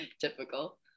typical